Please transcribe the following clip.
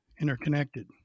interconnected